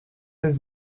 his